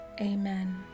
Amen